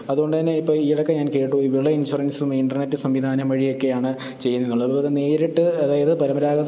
അതു കൊണ്ടു തന്നെ ഇപ്പോൾ ഈയിടക്ക് ഞാൻ കേട്ടു വിള ഇൻഷുറൻസും ഇൻറ്റർനെറ്റ് സംവിധാനം വഴിയൊക്കെയാണ് ചെയ്യുന്നതെന്നുള്ളത് അതു പോലെ നേരിട്ട് അതായത് പരമ്പരാഗത